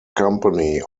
company